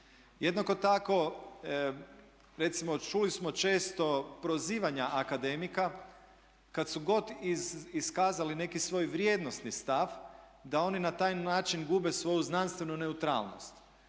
Jednako tako recimo čuli smo često prozivanja akademika kad su god iskazali neki svoj vrijednosni stav da oni na taj način gube svoju znanstvenu neutralnost